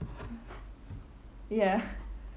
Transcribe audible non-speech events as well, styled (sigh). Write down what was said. ya (breath)